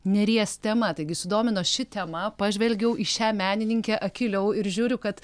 nėries tema taigi sudomino ši tema pažvelgiau į šią menininkę akyliau ir žiūriu kad